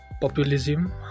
populism